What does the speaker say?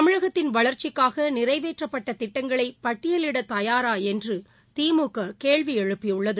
தமிழகத்தின் வளர்ச்சிக்காக நிறைவேற்றப்பட்ட திட்டங்களை பட்டியலிட தயாரா என்று திமுக கேள்வி எழுப்பியுள்ளது